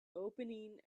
opening